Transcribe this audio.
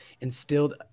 instilled